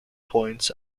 points